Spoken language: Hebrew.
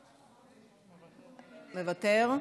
מוותר,